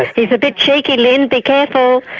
he's a bit cheeky, lynne, be careful!